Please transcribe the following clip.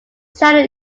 channel